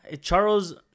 Charles